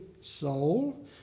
soul